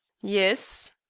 yes.